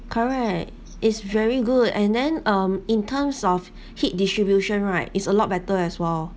correct is very good and then um in terms of heat distribution right is a lot better as well